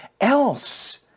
else